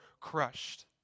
crushed